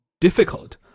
difficult